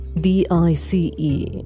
d-i-c-e